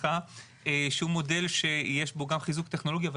שהוא מודל שיש בו גם חיזוק טכנולוגיה אבל